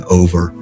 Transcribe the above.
over